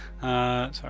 Sorry